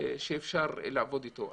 צוות שאפשר לעבוד אתו.